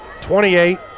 28